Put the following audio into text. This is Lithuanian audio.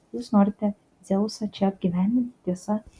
jūs norite dzeusą čia apgyvendinti tiesa